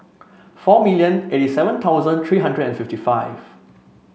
four million eighty seven thousand three hundred and fifty five